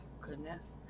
Goodness